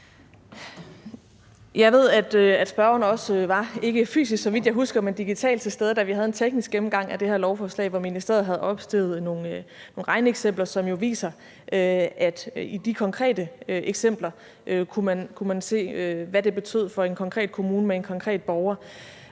Jeg ved, at spørgeren også var – ikke fysisk, så vidt jeg husker, men digitalt – til stede, da vi havde en teknisk gennemgang af det her lovforslag, hvor ministeriet havde opstillet nogle regneeksempler, som jo viste med konkrete eksempler, hvad det betød for en konkret kommune med en konkret borger.